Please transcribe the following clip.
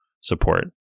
support